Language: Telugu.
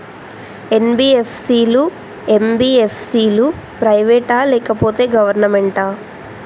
ఎన్.బి.ఎఫ్.సి లు, ఎం.బి.ఎఫ్.సి లు ప్రైవేట్ ఆ లేకపోతే గవర్నమెంటా?